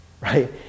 right